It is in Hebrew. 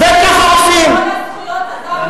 כל זכויות האדם,